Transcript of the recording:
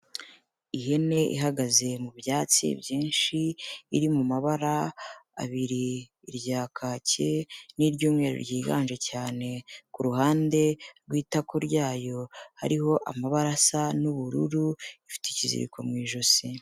Ihene ihagaze mu byatsi byinshi iri mu mabara abiri irya kaki n'iry'umweru ryiganje cyane, ku ruhande rw'itako ryayo hariho amabara asa n'ubururu ifite ikiziko mu ijosi.